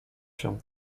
się